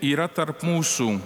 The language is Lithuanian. yra tarp mūsų